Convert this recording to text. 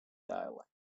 dialect